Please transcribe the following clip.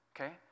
okay